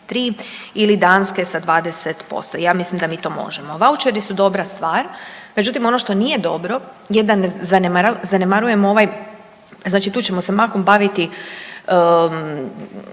ili Danske sa 20%. Ja mislim da mi to možemo. Vaučeri su dobra stvar, međutim ono što nije dobro je da zanemarujemo ovaj, znači tu ćemo se mahom baviti